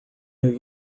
new